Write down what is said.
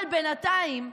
אבל בינתיים,